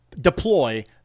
deploy